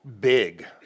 big